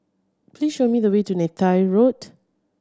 please show me the way to Neythai Road